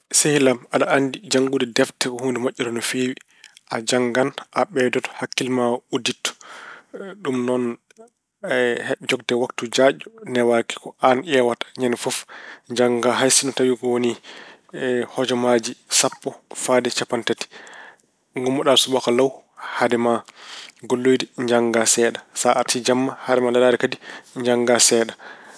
Sehil am, aɗa anndi janngude defte ko huunde moƴƴere no feewi. A jannan, a ɓeydoto, hakkille ma udditto. Ɗum noon heɓde waktu jaajɗo newaaki. Ko aan ƴeewata ñande fof jannga hayso sinno woni hojomaaji sappo fayde capanɗe tati. Ngummoɗaa subaka laaw hade ma golloyde, njannga seeɗa. Sa arti jam, hade ma lelaade kadi njannga seeɗa.